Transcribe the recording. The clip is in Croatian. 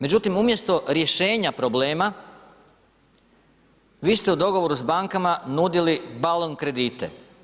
Međutim, umjesto rješenja problema vi ste u dogovoru s bankama nudili balon kredite.